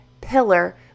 pillar